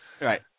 Right